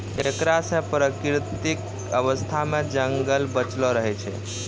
एकरा से प्राकृतिक अवस्था मे जंगल बचलो रहै छै